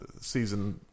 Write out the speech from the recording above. season